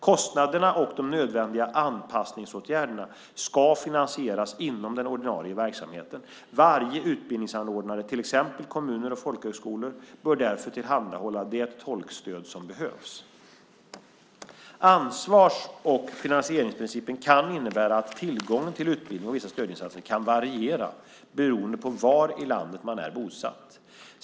Kostnaderna och de nödvändiga anpassningsåtgärderna ska finansieras inom den ordinarie verksamheten. Varje utbildningsanordnare, till exempel kommuner och folkhögskolor, bör därför tillhandahålla det tolkstöd som behövs. Ansvars och finansieringsprincipen kan innebära att tillgången till utbildning och vissa stödinsatser kan variera beroende på var i landet man är bosatt.